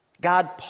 God